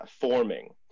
forming